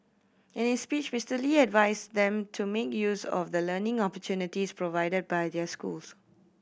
in his speech Mister Lee advised them to make use of the learning opportunities provided by their schools